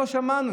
לא שמענו.